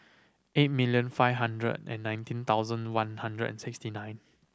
eight million five hundred and nineteen thousand one hundred and sixty nine